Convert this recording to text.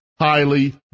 highly